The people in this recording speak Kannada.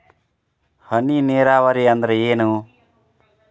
ಹನಿ ನೇರಾವರಿ ಅಂದ್ರ ಏನ್?